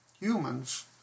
Humans